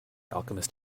alchemist